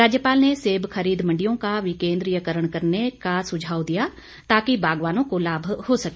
राज्यपाल ने सेब खरीद मंडियों का विकेंद्रीयकरण करने का सुझाव दिया ताकि बागवानों को लाभ हो सके